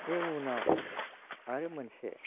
बेनि उनाव आरो मोनसे